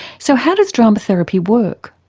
so how does drama therapy work?